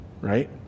Right